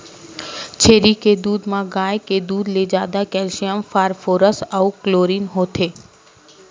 छेरी के दूद म गाय के दूद ले जादा केल्सियम, फास्फोरस अउ क्लोरीन होथे